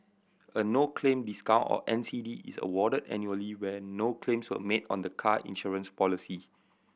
a no claim discount or N C D is awarded annually when no claims were made on the car insurance policy